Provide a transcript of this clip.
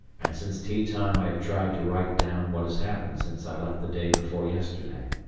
and since tea-time i have tried to write down what has happened since i left the day before yesterday.